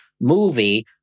movie